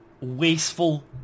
wasteful